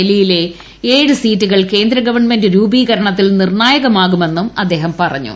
ഡൽഹിയിലെ ഏഴ് സീറ്റുകൾ കേന്ദ്രഗവണ്മെന്റ് രൂപീകരണത്തിൽ നിർണായകമാകുമെന്നും അദ്ദേഹം പറഞ്ഞു